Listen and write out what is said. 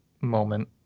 moment